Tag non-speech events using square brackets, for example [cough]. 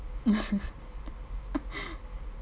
[laughs]